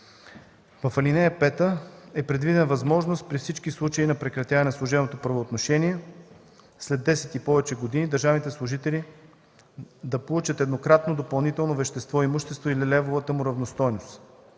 В ал. 5 е предвидена възможност при всички случаи на прекратяване на служебното правоотношение след 10 и повече години държавните служители да получат еднократно допълнително вещево имущество или левовата му равностойност.